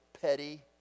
petty